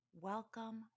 welcome